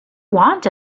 want